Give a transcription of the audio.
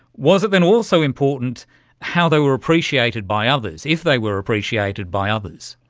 was it then also important how they were appreciated by others, if they were appreciated by others?